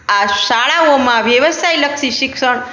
આ શાળાઓમાં વ્યવસાયલક્ષી શિક્ષણ